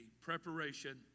preparation